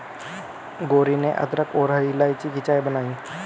गौरी ने अदरक और हरी इलायची की चाय बनाई